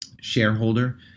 shareholder